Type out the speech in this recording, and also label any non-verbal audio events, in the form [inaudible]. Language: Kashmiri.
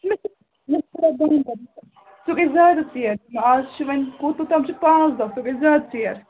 [unintelligible] سُہ گٔژھ زیادٕ ژیر اَز چھِ وۅنۍ کوٚت تام چھِ پانٛژھ دۄہ سُہ گٔژھ زیادٕ ژیر